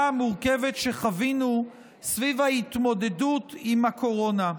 המורכבת שחווינו סביב ההתמודדות עם הקורונה.